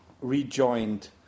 rejoined